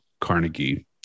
Carnegie